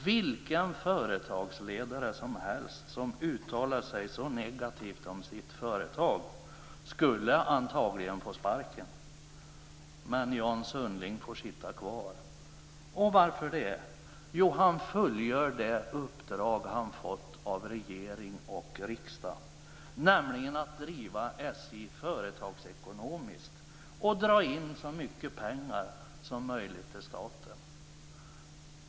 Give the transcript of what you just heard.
Vilken företagsledare som helst som uttalar sig så negativt om sitt företag skulle antagligen få sparken. Men Jan Sundling får sitta kvar. Och varför det? Jo, han fullgör det uppdrag som han har fått av regering och riksdag, nämligen att driva SJ företagsekonomiskt och dra in så mycket pengar som möjligt till staten.